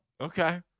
Okay